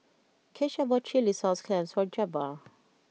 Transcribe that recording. Kesha bought Chilli Sauce Clams for Jabbar